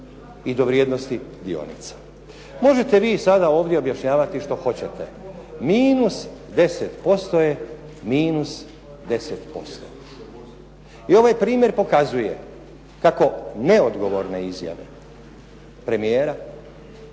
i do vrijednosti dionica. Možete vi ovdje sada objašnjavati što hoćete. Minus 10% je minus 10%. I ovaj primjer pokazuje kako neodgovorne izjave premijera